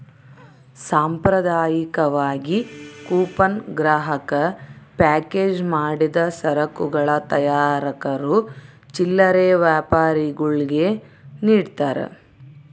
ಸಾಂಪ್ರದಾಯಿಕವಾಗಿ ಕೂಪನ್ ಗ್ರಾಹಕ ಪ್ಯಾಕೇಜ್ ಮಾಡಿದ ಸರಕುಗಳ ತಯಾರಕರು ಚಿಲ್ಲರೆ ವ್ಯಾಪಾರಿಗುಳ್ಗೆ ನಿಡ್ತಾರ